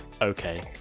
okay